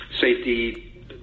safety